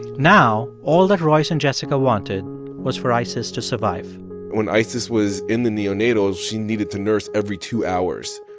now all that royce and jessica wanted was for isis to survive when isis was in the neonatal, she needed to nurse every two hours.